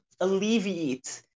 alleviate